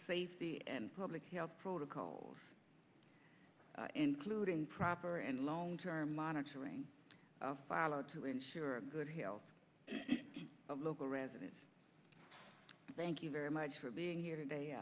safety and public health protocols including proper and long term monitoring are followed to ensure good health of local residents thank you very much for being here today